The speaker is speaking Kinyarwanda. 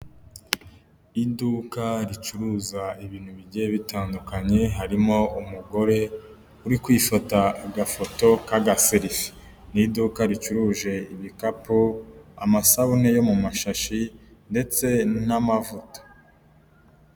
Iduka ricuruza ibintu bigiye bitandukanye harimo umugore uri kwifata agafoto k'agaserifi, ni iduka ricuruje ibikapu, amasabune yo mu mashashi ndetse n'amavuta.